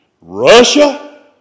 Russia